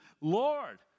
Lord